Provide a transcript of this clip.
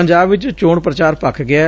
ਪੰਜਾਬ ਵਿਚ ਚੋਣ ਪ੍ਰਚਾਰ ਭੱਖ ਗਿਐ